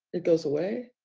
it goes away,